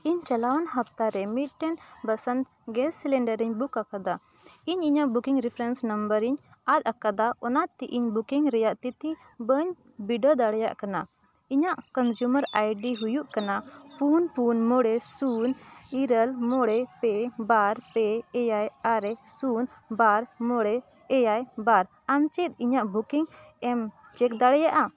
ᱤᱧ ᱪᱟᱞᱟᱣᱮᱱ ᱦᱟᱯᱛᱟ ᱨᱮ ᱢᱤᱫᱴᱮᱱ ᱵᱚᱥᱚᱱᱫ ᱜᱮᱥ ᱥᱤᱞᱤᱱᱰᱟᱨ ᱤᱧ ᱵᱩᱠ ᱟᱠᱟᱫᱟ ᱤᱧ ᱤᱧᱟᱹᱜ ᱵᱩᱠᱤᱝ ᱨᱮᱯᱷᱟᱨᱮᱱᱥ ᱱᱟᱢᱵᱟᱨᱤᱧ ᱟᱫ ᱟᱠᱟᱫᱟ ᱚᱱᱟᱛᱮ ᱤᱧ ᱵᱩᱠᱤᱝ ᱨᱮᱭᱟᱜ ᱛᱤᱛᱷᱤ ᱵᱟᱹᱧ ᱵᱤᱰᱟᱹᱣ ᱫᱟᱲᱮᱭᱟᱜ ᱠᱟᱱᱟ ᱤᱧᱟᱹᱜ ᱠᱚᱱᱡᱩᱢᱟᱨ ᱟᱭ ᱰᱤ ᱦᱩᱭᱩᱜ ᱠᱟᱱᱟ ᱯᱩᱱ ᱯᱩᱱ ᱢᱚᱬᱮ ᱥᱩᱱ ᱤᱨᱟᱹᱞ ᱢᱚᱬᱮ ᱯᱮ ᱵᱟᱨ ᱯᱮ ᱮᱭᱟᱭ ᱟᱨᱮ ᱥᱩᱱ ᱵᱟᱨ ᱢᱚᱬᱮ ᱮᱭᱟᱭ ᱵᱟᱨ ᱟᱢ ᱪᱮᱫ ᱤᱧᱟᱹᱜ ᱵᱩᱠᱤᱝ ᱮᱢ ᱪᱮᱠ ᱫᱟᱲᱮᱭᱟᱜᱼᱟ